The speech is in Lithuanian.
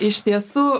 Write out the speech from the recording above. iš tiesų